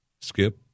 Skip